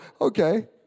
okay